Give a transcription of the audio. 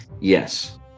yes